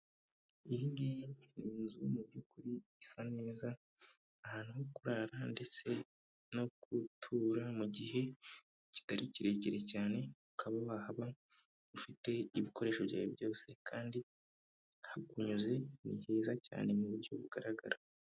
Iyi ngiyi ni inzu mu by'ukuri isa neza, ahantu ho kurara ndetse no gutura mu gihe kitari kirekire cyane, ukaba wahaba ufite ibikoresho byawe byose kandi hakunyuze, ni byiza cyane mu buryo bugaragara.